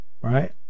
right